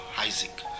Isaac